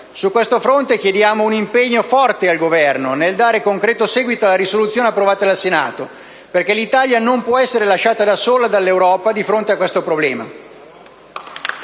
Su questo fronte chiediamo un impegno forte al Governo nel dare concreto seguito alla risoluzione approvata dal Senato, perché l'Italia non può essere lasciata sola dall'Europa di fronte a questo problema.